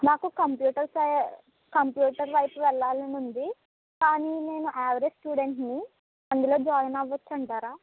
నాకు computer science computer వైపు వెళ్ళాలని ఉంది కానీ నేను యావరేజ్ స్టూడెంట్ ని అందులో జాయిన్ అవ్వచ్చు అంటారా